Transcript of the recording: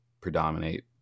predominate